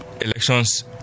elections